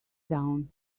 down